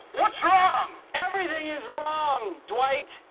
what's wrong? everything is wrong, dwight.